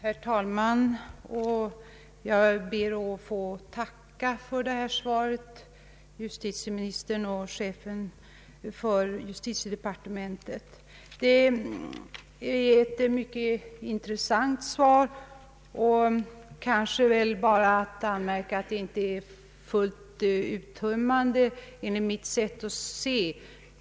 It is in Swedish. Herr talman! Jag ber att få tacka statsrådet och chefen för justitiedepartementet för detta svar, som är mycket intressant. Jag har väl bara att anmärka på att det enligt min uppfattning inte är fullt uttömmande.